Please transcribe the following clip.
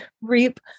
reap